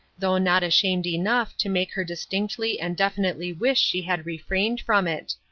though not ashamed enough to make her distinctly and definitely wish she had refrained from it.